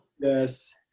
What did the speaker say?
Yes